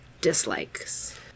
dislikes